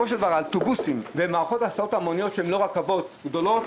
האוטובוסים ומערכות ההסעה ההמוניות שהן לא רכבות גדולות